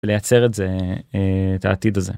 לייצר את זה, את העתיד הזה.